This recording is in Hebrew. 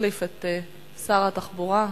שמחליף את שר התחבורה,